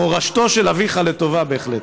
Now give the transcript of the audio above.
מורשתו של אביך לטובה, בהחלט.